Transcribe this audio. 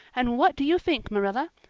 and what do you think, marilla?